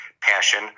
passion